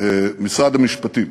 משרד המשפטים.